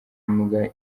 imbwa